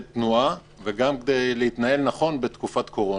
תנועה וגם כדי להתנהל נכון בתקופת קורונה.